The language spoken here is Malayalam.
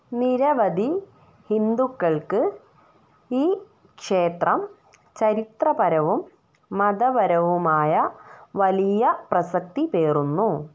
നിരവധി ഹിന്ദുക്കൾക്ക് ഈ ക്ഷേത്രം ചരിത്രപരവും മതപരവുമായ വലിയ പ്രസക്തി പേറുന്നു